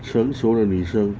成熟的女生